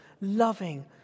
loving